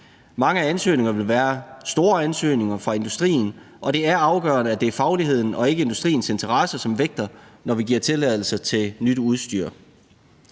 Mange ansøgninger vil være store ansøgninger fra industrien, og det er afgørende, at det er fagligheden og ikke industriens interesser, som vejer tungest, når vi giver tilladelse til nyt udstyr.